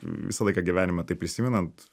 visą laiką gyvenime tai prisimenant